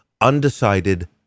undecided